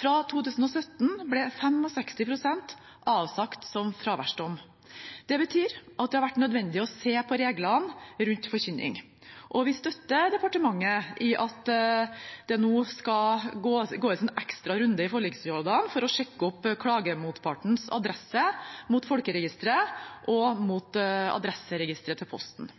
Fra 2017 ble 65 pst. avsagt som fraværsdom. Det betyr at det har vært nødvendig å se på reglene rundt forkynning, og vi støtter departementet i at det nå skal gås en ekstra runde i forliksrådene for å sjekke opp klagemotpartens adresse mot folkeregisteret og mot adresseregisteret til Posten.